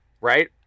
Right